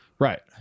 Right